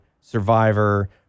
survivor